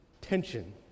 tension